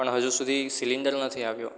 પણ હજુ સુધી સિલિન્ડર નથી આવ્યો